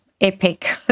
epic